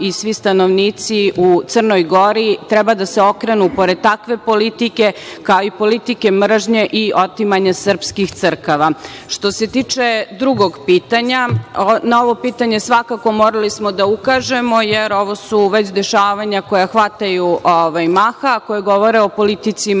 i svi stanovnici u Crnoj Gori treba da se okrenu protiv takve politike, kao i politike mržnje i otimanja srpskih crkava. Što se tiče drugog pitanja, na ovo pitanje svakako morali smo da ukažemo jer ovo su već dešavanja koja hvataju maha, koja govore o politici mržnje